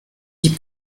die